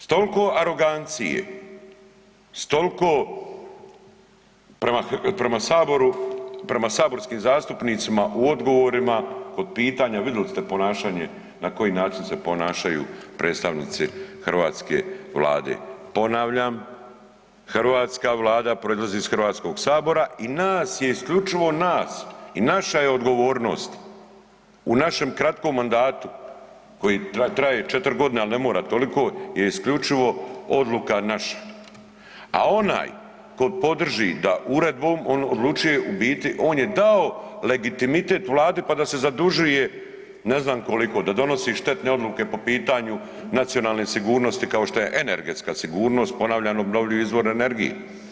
S tolko arogancije, s tolko prema saboru, prema saborskim zastupnicima u odgovorima od pitanja, vidili ste ponašanje na koji način se ponašaju predstavnici hrvatske vlade, ponavljam hrvatska vlada proizlazi iz HS i nas je, isključivo nas i naša je odgovornost u našem kratkom mandatu koji traje 4 g. ali ne mora toliko je isključivo odluka naša, a onaj tko podrži da uredbom odlučuje u biti, on je dao legitimitet Vladi pa da se zadužuju ne znam koliko, da donosi štetne odluke po pitanju nacionalne sigurnosti kao što je energetska sigurnost, ponavljam obnovljivi izvor energije.